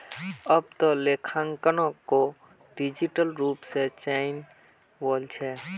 अब त लेखांकनो डिजिटल रूपत चनइ वल छ